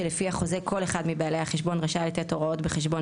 שלפי החוזה כל אחד מבעלי החשבון רשאי לתת הוראות בחשבון